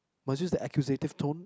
must use the accusative tone